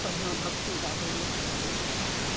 बढ़िआँ भक्ति गाबैए